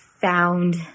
found